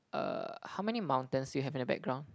err how many mountains you have in the background